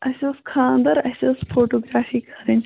اسہِ اوس خانٛدر اسہِ ٲسۍ فوٹوگرٛافی کَرٕنۍ